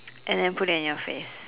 and then put it at your face